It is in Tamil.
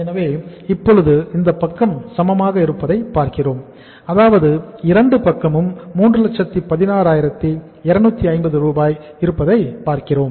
எனவே இப்பொழுது இந்த பக்கம் சமமாக இருப்பதை பார்க்கிறோம் அதாவது இரண்டு பக்கமும் 316250 இருப்பதை பார்க்கிறோம்